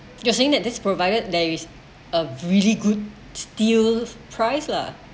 you're saying that this provided there is a really good steal price lah